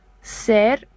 ser